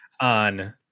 on